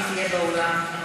אם תהיה באולם.